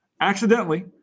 Accidentally